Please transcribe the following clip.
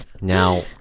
Now